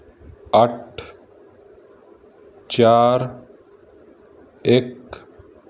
ਅੱਠ ਚਾਰ ਇੱਕ